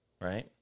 right